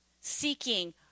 Seeking